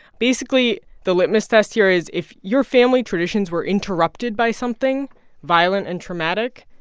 basically, the litmus test here is if your family traditions were interrupted by something violent and traumatic,